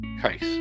case